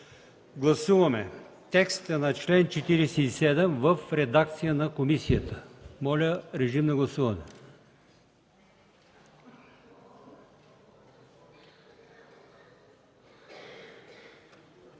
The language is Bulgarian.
Гласуваме текста на чл. 47 в редакция на комисията. Моля, гласувайте.